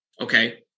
Okay